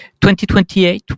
2028